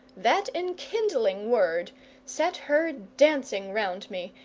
that enkindling word set her dancing round me,